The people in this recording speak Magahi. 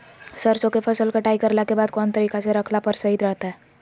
सरसों के फसल कटाई करला के बाद कौन तरीका से रखला पर सही रहतय?